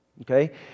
Okay